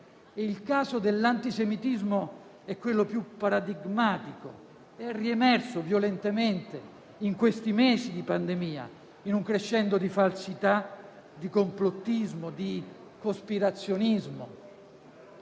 Il caso dell'antisemitismo è quello più paradigmatico. È riemerso violentemente in questi mesi di pandemia, in un crescendo di falsità, di complottismo, di cospirazionismo.